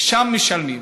שם משלמים.